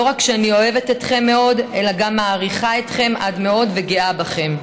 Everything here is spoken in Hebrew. לא רק שאני אוהבת אתכם מאוד אלא אני גם מעריכה אתכם עד מאוד וגאה בכם.